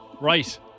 Right